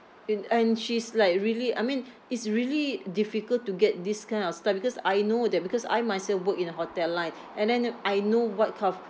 in and she's like really I mean it's really difficult to get this kind of staff because I know that because I myself work in a hotel line and then uh I know what kind of